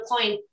point